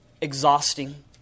exhausting